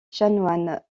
chanoine